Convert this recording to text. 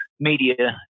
media